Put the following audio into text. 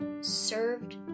served